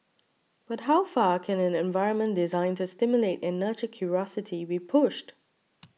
but how far can an environment designed to stimulate and nurture curiosity be pushed